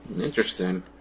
Interesting